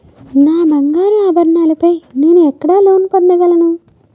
నా బంగారు ఆభరణాలపై నేను ఎక్కడ లోన్ పొందగలను?